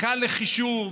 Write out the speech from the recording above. קל לחישוב.